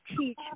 teach